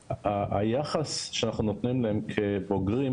היחס שאנחנו נותנים להם כבוגרים,